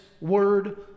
word